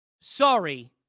Sorry